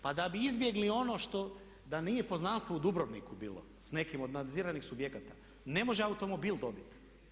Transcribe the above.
Pa da bi izbjegli ono što, da nije poznanstvo u Dubrovniku bilo s nekim od nadziranih subjekata ne može automobil dobit.